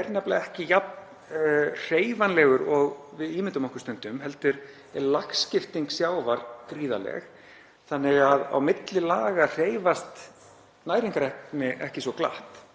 er nefnilega ekki jafn hreyfanlegur og við ímyndum okkur stundum, heldur er lagskipting sjávar gríðarleg þannig að á milli laga hreyfast næringarefni ekki svo glatt.